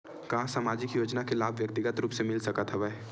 का सामाजिक योजना के लाभ व्यक्तिगत रूप ले मिल सकत हवय?